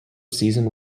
season